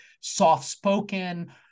soft-spoken